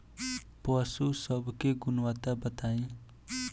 पशु सब के गुणवत्ता बताई?